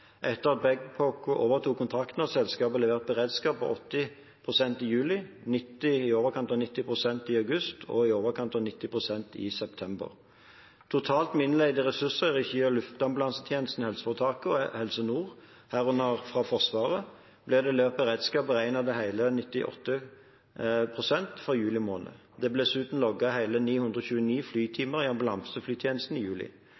Etter at Babcock overtok kontrakten, har selskapet levert beredskap på 80 pst. i juli, i overkant av 90 pst. i august og i overkant av 90 pst. i september. Totalt med innleide ressurser i regi av Luftambulansetjenesten HF og Helse Nord, herunder fra Forsvaret, ble det levert beredskap beregnet til hele 98 pst. for juli måned. Det ble dessuten logget hele 929 flytimer i ambulanseflytjenesten i juli.